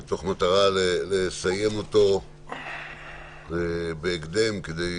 מתוך מטרה לסיים אותו בהקדם, כדי